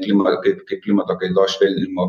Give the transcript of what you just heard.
klima kaip kaip klimato kaitos švelninimo